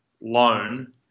loan